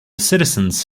citizens